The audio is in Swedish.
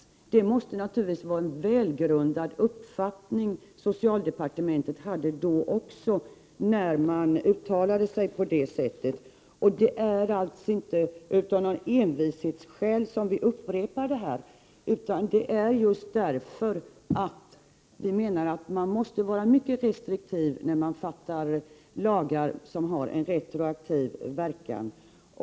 Men det måste naturligtvis ha varit en välgrundad uppfattning som socialdepartementet hade då också, när man uttalade sig på det sättet. Det är alltså inte på grund av envishet som vi upprepar det resonemanget, utan det gör vi därför att vi menar att man måste vara mycket restriktiv när man stiftar lagar som har retroaktiv verkan.